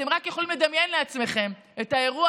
אתם רק יכולים לדמיין לעצמכם את האירוע